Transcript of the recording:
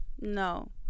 no